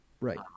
Right